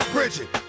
Bridget